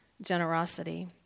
generosity